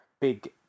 big